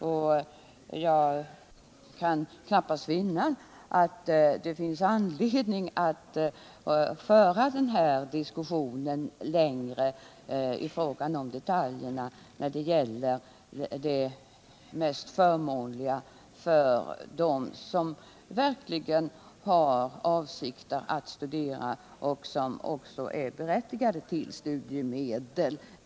Jag kan knappast finna att vi har anledning att föra den här diskussionen längre i fråga om detaljerna när det gäller vilket system som är det mest förmånliga för dem som verkligen har avsikter att studera och som också är berättigade till studiemedel.